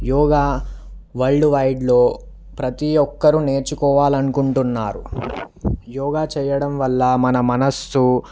యోగా వరల్డ్వైడ్లో ప్రతీ ఒక్కరు నేర్చుకోవాలని అనుకుంటున్నారు యోగా చేయడం వల్ల మన మనస్సు